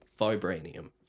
vibranium